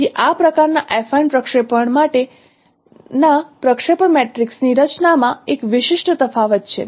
તેથી આ પ્રકારના એફાઇન પ્રક્ષેપણ માટે ના પ્રક્ષેપણ મેટ્રિક્સની રચના માં એક વિશિષ્ટ તફાવત છે